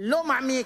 ולא מעמיק.